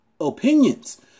opinions